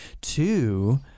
Two